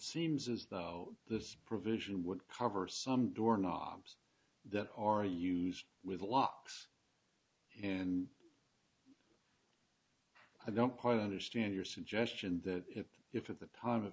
seems as though this provision would cover some door knobs that are used with locks and i don't quite understand your suggestion that if at the time of